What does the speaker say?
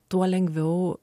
tuo lengviau